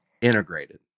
integrated